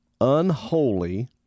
unholy